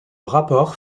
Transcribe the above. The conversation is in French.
rapport